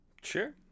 Sure